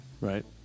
Right